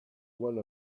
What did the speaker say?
one